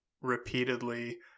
repeatedly